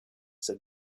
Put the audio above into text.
said